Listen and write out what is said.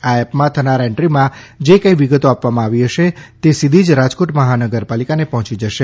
આ એપમાં થનાર એન્દ્રીમાં જે કાંઈ વિગતો આપવામાં આવેલી હશે તે સીધી જ રાજકોટ મહાનગરપાલિકાને પહોંચી જશે